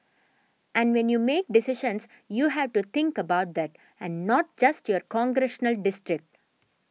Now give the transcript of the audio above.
and when you make decisions you have to think about that and not just your congressional district